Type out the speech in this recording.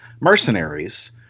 mercenaries